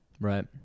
right